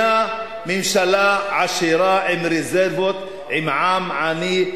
ממשלה עשירה עם רזרבות עם עם עני,